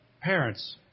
parents